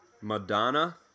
Madonna